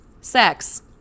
Sex